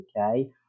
okay